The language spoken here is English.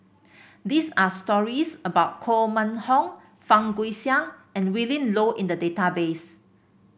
these are stories about Koh Mun Hong Fang Guixiang and Willin Low in the database